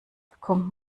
bekommt